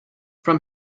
from